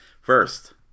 First